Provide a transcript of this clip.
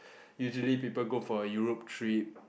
usually people go for a Europe trip